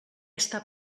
està